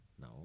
No